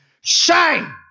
shine